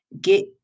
Get